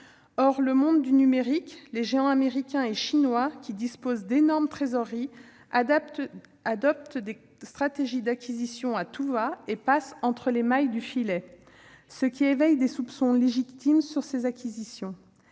dans le monde numérique, les géants américains et chinois, qui disposent d'énormes trésoreries, adoptent des stratégies d'acquisition à tout-va et passent entre les mailles du filet, ce qui éveille des soupçons légitimes sur ces acquisitions.